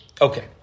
Okay